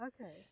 okay